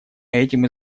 этим